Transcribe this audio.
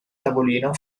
tavolino